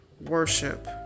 worship